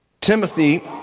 Timothy